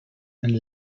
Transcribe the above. and